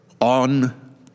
on